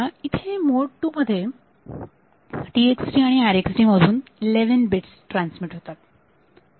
इथे मोड 2 मध्ये TxD आणि RxD मधून 11 बिट्स ट्रान्समिट होतात